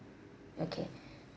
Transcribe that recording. okay